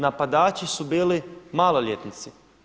Napadači su bili maloljetnici.